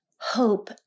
hope